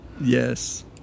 Yes